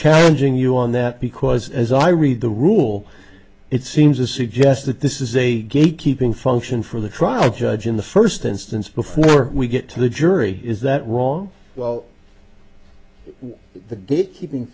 challenging you on that because as i read the rule it seems to suggest that this is a gate keeping function for the trial judge in the first instance before we get to the jury is that wrong well the good keeping